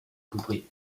complete